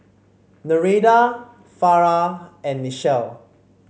Nereida Farrah and Nichelle